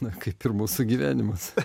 na kaip ir mūsų gyvenimas